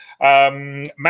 Matt